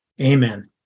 Amen